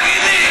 תגיד לי.